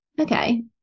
Okay